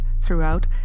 throughout